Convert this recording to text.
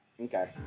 Okay